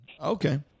Okay